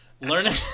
learning